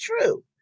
true